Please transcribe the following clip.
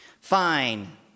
Fine